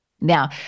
Now